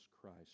Christ